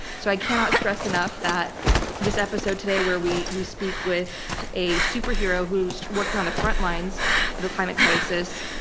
so i cannot stress enough that this episode today where we we speak with a superhero who's working on the frontlines of the climate crisis,